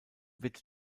wird